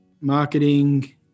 marketing